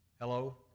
Hello